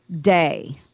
day